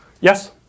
Yes